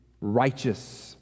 righteous